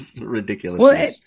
ridiculousness